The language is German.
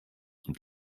und